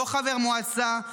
לא חבר מועצה,